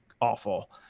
awful